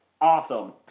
awesome